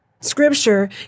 scripture